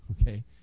okay